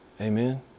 Amen